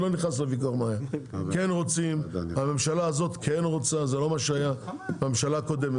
כמו שהיה בממשלה הקודמת.